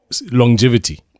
longevity